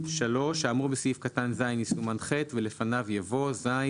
(3) האמור בסעיף קטן (ז) יסומן (ח) ולפניו יבוא: "(ז)